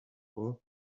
for